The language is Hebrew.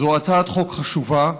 זאת הצעת חוק חשובה.